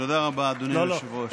תודה רבה, אדוני היושב-ראש.